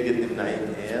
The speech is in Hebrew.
נגד, אין,